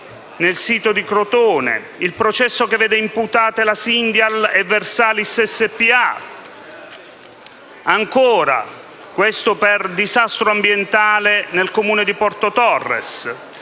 nel sito di Crotone e il processo che vede imputate la Syndial e la Versalis SpA, questa volta per disastro ambientale, nel Comune di Porto Torres.